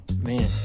Man